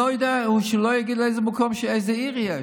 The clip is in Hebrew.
הוא לא יגיד באיזה מקום, באיזו עיר יש.